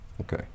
Okay